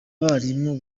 barimu